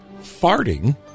farting